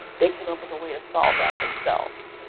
they came up with a way to solve that themselves.